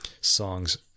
songs